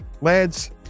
lads